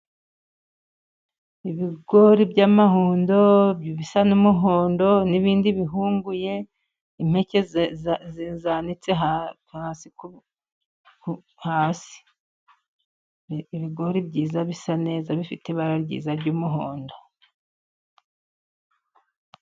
Ibigori by'amahundo bisa n'umuhondo, n'indi bihunguye, impeke zanitse hasi. Ibigori byiza, bisa neza, bifite ibara ryiza ry'umuhondo.